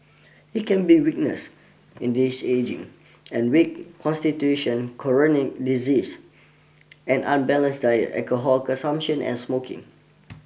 it can be weakness in this ageing and weak constitution chronic diseases an unbalanced diet alcohol consumption and smoking